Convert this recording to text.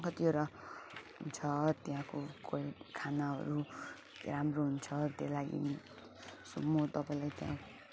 कतिवटा छ त्यहाँको कोही खानाहरू राम्रो हुन्छ त्यो लागि सो म तपाईँलाई त्यहाँ